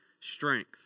strength